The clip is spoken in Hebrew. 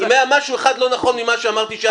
אם היה משהו אחד לא נכון ממה שאמרתי,